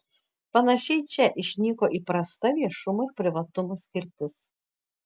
panašiai čia išnyko įprasta viešumo ir privatumo skirtis